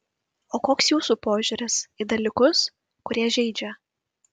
o koks jūsų požiūris į dalykus kurie žeidžia